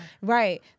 right